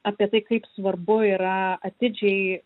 apie tai kaip svarbu yra atidžiai